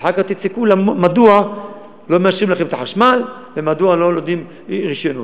ואחר כך תצעקו מדוע לא מאשרים לכם את החשמל ומדוע לא נותנים רישיונות.